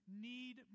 need